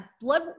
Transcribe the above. blood